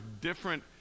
different